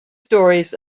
stories